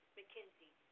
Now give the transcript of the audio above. Mackenzie